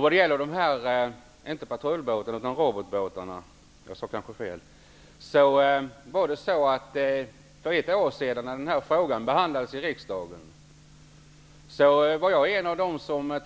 Vad gäller dessa robotbåtar konstaterade jag tillsammans med övriga ledamöter från den socialdemokratiska gruppen när frågan behandlades här i riksdagen för ett år sedan